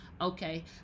Okay